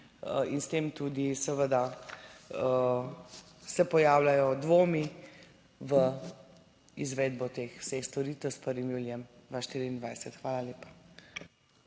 in s tem tudi seveda se pojavljajo dvomi v izvedbo teh vseh storitev s 1. julijem 2024. Hvala lepa.